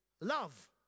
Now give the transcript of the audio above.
love